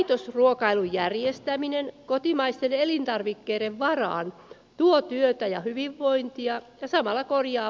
jos ruokailun järjestäminen kotimaisten elintarvikkeiden varaan tuo työtä ja hyvinvointia ja samalla korjaa